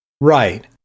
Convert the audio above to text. Right